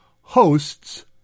hosts